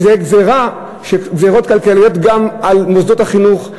אלה גזירות כלכליות גם על מוסדות החינוך,